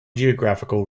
geographical